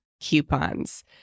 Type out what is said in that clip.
coupons